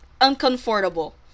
uncomfortable